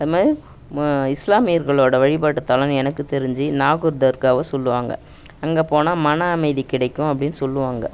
அது மாதிரி மா இஸ்லாமியர்களோடய வழிபாட்டுத்தலங்கள் எனக்கு தெரிஞ்சு நாகூர் தர்காவை சொல்லுவாங்க அங்கே போனால் மன அமைதி கிடைக்கும் அப்படின்னு சொல்லுவாங்க